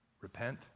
repent